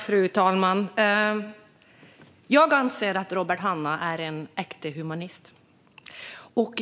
Fru talman! Jag anser att Robert Hannah är en äkta humanist.